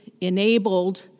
enabled